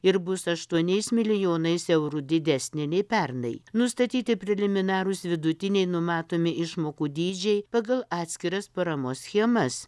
ir bus aštuoniais milijonais eurų didesnė nei pernai nustatyti preliminarūs vidutiniai numatomi išmokų dydžiai pagal atskiras paramos schemas